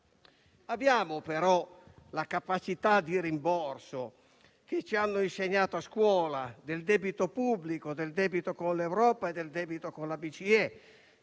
Abbiamo, però, la capacità di rimborso, che ci hanno insegnato a scuola, del debito pubblico, del debito con l'Europa, del debito con la Banca